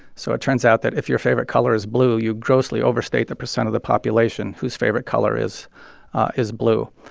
so it turns out that if your favorite color is blue, you grossly overstate the percent of the population whose favorite color is is blue.